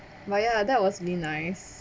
but ya that was really nice